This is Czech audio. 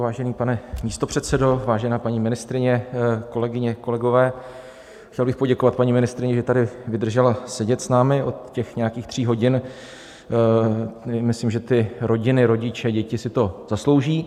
Vážený pane místopředsedo, vážená paní ministryně, kolegyně, kolegové, chtěl bych poděkovat paní ministryni, že tady vydržela sedět s námi od těch nějakých tří hodin, myslím, že ty rodiny, rodiče, děti si to zaslouží.